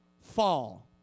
fall